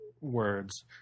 words